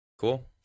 cool